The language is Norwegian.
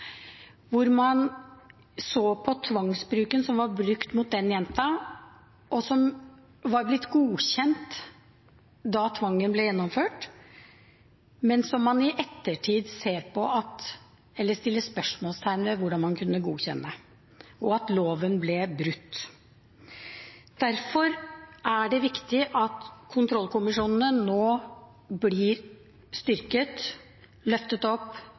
hvor man så på tvangen som var brukt mot den jenta, som var godkjent da den ble gjennomført, men som man i ettertid stiller spørsmål ved hvordan man kunne godkjenne, og at loven ble brutt. Derfor er det viktig at kontrollkommisjonene nå blir styrket, løftet opp,